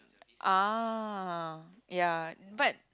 ah ya but